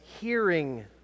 hearing